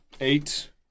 Eight